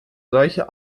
solche